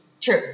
True